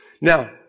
Now